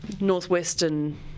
northwestern